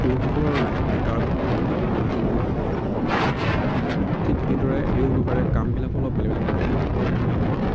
পুৰুষসকলৰ গাৰ গঠন আৰু মহিলাসকলৰ গাৰ গঠনটো বহুত বেলেগ হয় ন গতিকে ঠিক সেইদৰে সেই অনুসাৰে কামবিলাকো অলপ বেলেগ বেলেগ কৰি ল'ব লাগে ভাবক